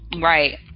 right